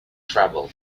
travel